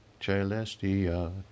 celestia